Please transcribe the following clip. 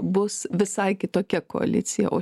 bus visai kitokia koalicija o